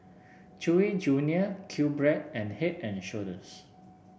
Chewy Junior QBread and Head And Shoulders